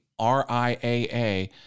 RIAA